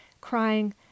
crying